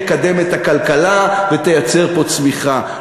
תקדם את הכלכלה ותייצר פה צמיחה.